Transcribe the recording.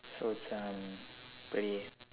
so it's um very